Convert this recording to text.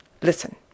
listen